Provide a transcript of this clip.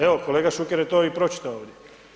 Evo kolega Šuker je to i pročitao ovdje.